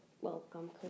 welcome